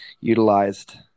utilized